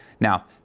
Now